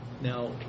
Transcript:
now